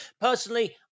personally